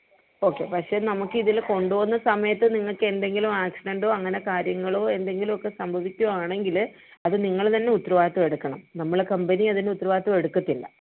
okay പക്ഷേ നമുക്ക് ഇതിൽ കൊണ്ടുപോകുന്ന സമയത്ത് നിങ്ങൾക്ക് എന്തെങ്കിലും ആക്സിഡെൻറ്റോ അങ്ങനെ കാര്യങ്ങളോ എന്തെങ്കിലും ഒക്കെ സംഭവിക്കുവാണെങ്കിൽ അത് നിങ്ങൾ തന്നെ ഉത്തരവാദിത്തം എടുക്കണം നമ്മൾ കമ്പനി അതിന് ഉത്തരവാദിത്തം എടുക്കത്തില്ല